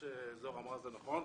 מה שזהר אמרה, זה נכון.